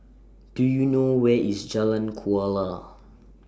Do YOU know Where IS Jalan Kuala